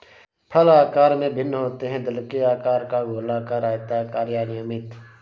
फल आकार में भिन्न होते हैं, दिल के आकार का, गोलाकार, आयताकार या अनियमित